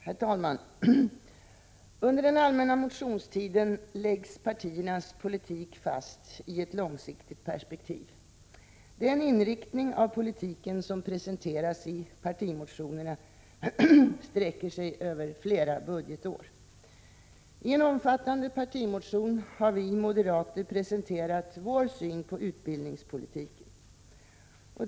Herr talman! Under den allmänna motionstiden läggs partiernas politik fast i ett långsiktigt perspektiv. Den inriktning av politiken som presenteras i partimotionerna sträcker sig över flera budgetår. I en omfattande partimotion har vi moderater presenterat vår syn på utbildningspolitiken.